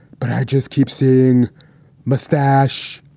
but i just keep seeing mustache.